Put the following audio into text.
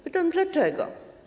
Pytam dlaczego.